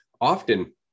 often